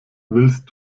willst